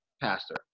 pastor